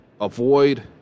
Avoid